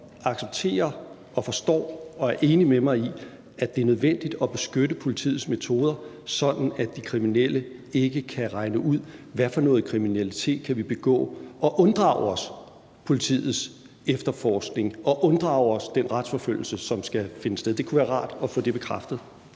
accepterer og forstår og er enig med mig i, at det er nødvendigt at beskytte politiets metoder, sådan at de kriminelle ikke kan regne ud, hvad for noget kriminalitet de kan begå, og unddrage sig politiets efterforskning og unddrage sig den retsforfølgelse, som skal finde sted. Det kunne være rart at få det bekræftet.